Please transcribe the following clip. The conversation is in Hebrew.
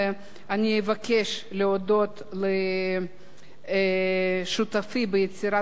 אבקש להודות לשותפי ליצירת החוק,